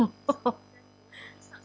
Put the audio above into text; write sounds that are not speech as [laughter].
[laughs] [breath]